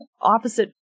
opposite